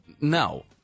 No